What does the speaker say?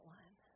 one